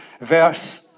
verse